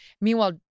Meanwhile